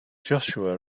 joshua